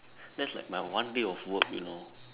that's like my one day of work you know